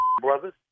brothers